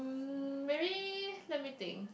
um maybe let me think